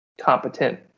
competent